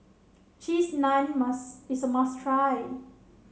Cheese Naan mas is a must try